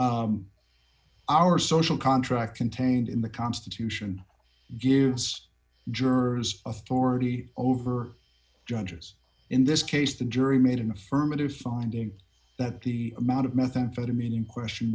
some our social contract contained in the constitution gives jurors authority over judges in this case the jury made an affirmative finding that the amount of methamphetamine in question